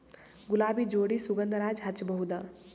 ಗುಲಾಬಿ ಜೋಡಿ ಸುಗಂಧರಾಜ ಹಚ್ಬಬಹುದ?